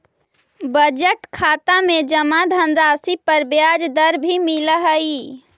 budget खाता में जमा धनराशि पर ब्याज दर भी मिलऽ हइ